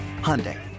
Hyundai